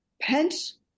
Pence